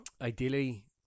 ideally